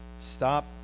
Stop